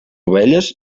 ovelles